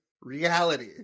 reality